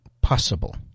possible